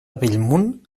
bellmunt